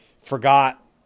forgot